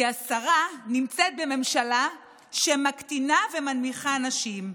כי השרה נמצאת בממשלה שמקטינה ומנמיכה נשים,